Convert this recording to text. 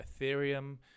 Ethereum